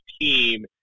team